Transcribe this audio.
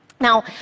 Now